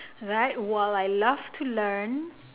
that while I love to learn